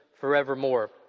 forevermore